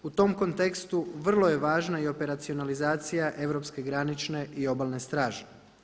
U tom kontekstu vrlo je važna i operacionalizacija europske granične i obalne straže.